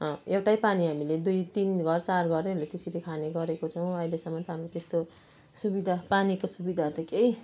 एउटै पानी हामीले दुई तिन घर चार घरहरूले त्यसरी खाने गरेको छौँ अहिलेसम्म त हामी त्यस्तो सुविदा पानीको सुविधाहरू त केही